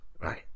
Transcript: ...right